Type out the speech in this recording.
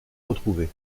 retrouvé